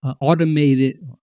automated